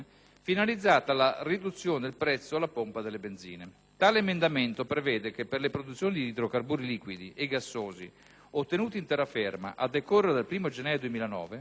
finalizzato alla riduzione del prezzo alla pompa delle benzine. Tale emendamento prevede che per le produzioni di idrocarburi liquidi e gassosi, ottenute in terraferma a decorrere dal 1° gennaio 2009,